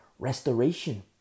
restoration